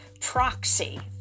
proxy